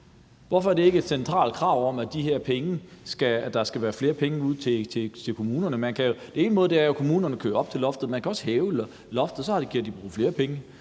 Hvorfor er der ikke et centralt krav om, at der skal komme flere penge ud til kommunerne? En måde at gøre det på er jo, at kommunerne kører op til loftet. Man kan også hæve loftet, for så kan de bruge flere penge.